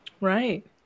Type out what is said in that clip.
Right